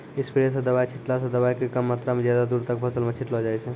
sprayer स दवाय छींटला स दवाय के कम मात्रा क ज्यादा दूर तक फसल मॅ छिटलो जाय छै